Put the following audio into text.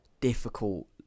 difficult